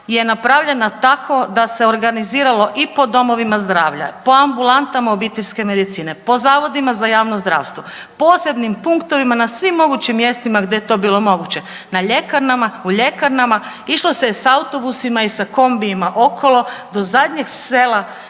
je napravljena tako da se organiziralo i po domovima zdravlja, po ambulantama obiteljske medicine, po zavodima za javno zdravstvo, posebnim punktovima na svim mogućim mjestima gdje je to bilo moguće u ljekarnama. Išlo se je sa autobusima i sa kombijima okolo do zadnjeg sela